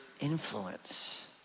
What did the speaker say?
influence